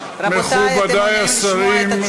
מכובדי השרים,